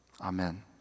Amen